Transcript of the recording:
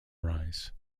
rise